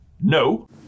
no